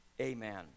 amen